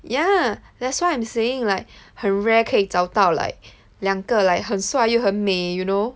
yah that's why I'm saying like 很 rare 可以找到 like 两个 like 很帅又很美 you know